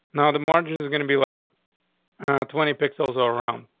now, the margins are gonna be, like twenty pixels around,